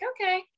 okay